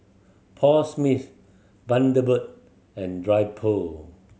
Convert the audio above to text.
Paul Smith Bundaberg and Dryper